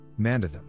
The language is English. mandatum